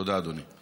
תודה, אדוני.